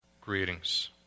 Greetings